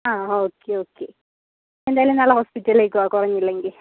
ആ okay okay എന്തായാലും നാളെ ഹോസ്പ്പിറ്റലിലേക്ക് വാ കുറഞ്ഞില്ലെങ്കിൽ